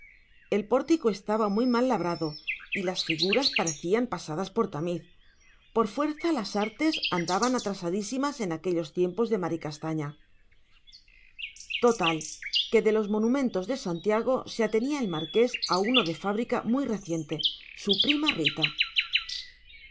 el pórtico estaba muy mal labrado y las figuras parecían pasadas por tamiz por fuerza las artes andaban atrasadísimas en aquellos tiempos de maricastaña total que de los monumentos de santiago se atenía el marqués a uno de fábrica muy reciente su prima rita